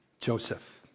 Joseph